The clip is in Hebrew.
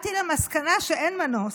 הגעתי למסקנה שאין מנוס,